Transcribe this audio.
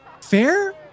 fair